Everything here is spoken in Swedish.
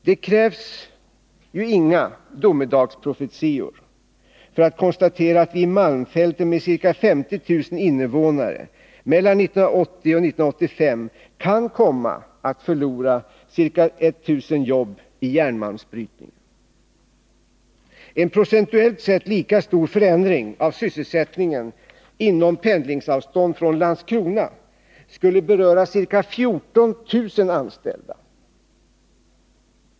Det krävs inga domedagsprofetior för att konstatera att vi i Malmfälten, med ca 50 000 invånare, mellan 1982 och 1985 kan komma att förlora ca 1000 jobb i järnmalmsbrytningen. En procentuellt sett lika stor förändring av sysselsättningen inom pendlingsavstånd från Landskrona skulle beröra ca 14 000 anställda.